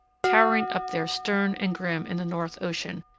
towering up there stern and grim in the north ocean,